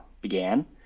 began